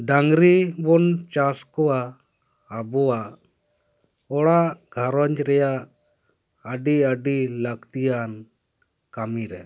ᱰᱟᱹᱝᱨᱤ ᱵᱚᱱ ᱪᱟᱥ ᱠᱚᱣᱟ ᱟᱵᱚᱣᱟᱜ ᱚᱲᱟᱜ ᱜᱷᱟᱨᱚᱸᱡᱽ ᱨᱮᱭᱟᱜ ᱟᱹᱰᱤ ᱟᱰᱹᱤ ᱞᱟᱹᱠᱛᱤᱭᱟᱱ ᱠᱟᱹᱢᱤ ᱨᱮ